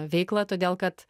veiklą todėl kad